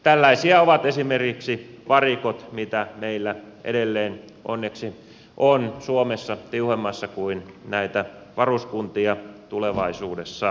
tällaisia ovat esimerkiksi varikot mitä meillä edelleen onneksi on suomessa tiuhemmassa kuin näitä varuskuntia tulevaisuudessa